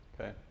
okay